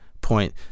point